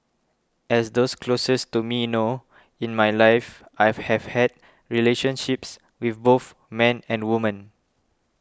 as those closest to me know in my life I've have had relationships with both men and women